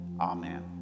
Amen